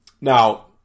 now